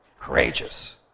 courageous